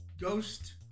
ghost